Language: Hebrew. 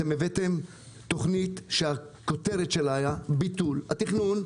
אתם הבאתם תכנית שהכותרת שלה הייתה ביטול התכנון,